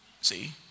See